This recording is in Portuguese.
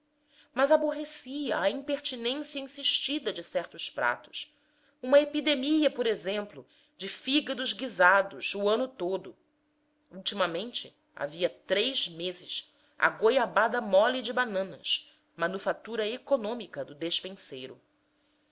mas aborrecia a impertinência insistida de certos pratos uma epidemia por exemplo de fígados guisados o ano todo ultimamente havia três meses a goiabada mole de bananas manufatura econômica do despenseiro